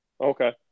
Okay